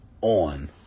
on